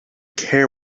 care